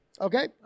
Okay